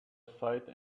aside